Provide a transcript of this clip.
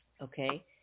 Okay